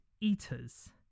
eaters